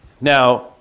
Now